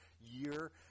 year